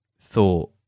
thought